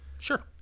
Sure